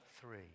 three